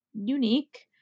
unique